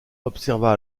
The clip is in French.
observa